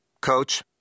Coach